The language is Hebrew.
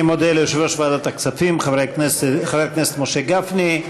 אני מודה ליושב-ראש ועדת הכספים חבר הכנסת משה גפני.